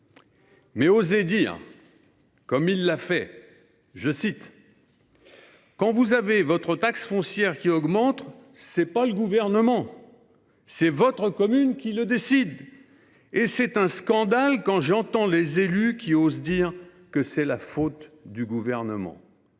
Mais oser dire, comme il l’a fait :« Quand vous avez votre taxe foncière qui augmente, ce n’est pas le Gouvernement. C’est votre commune qui le décide. Et c’est un scandale quand j’entends des élus qui osent dire que c’est la faute du Gouvernement. »